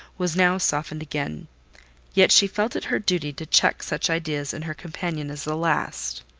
was now softened again yet she felt it her duty to check such ideas in her companion as the last.